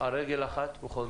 על רגל אחת.